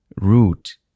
root